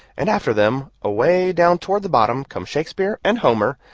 and after them, away down toward the bottom, come shakespeare and homer,